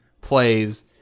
plays